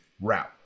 route